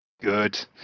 good